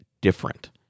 different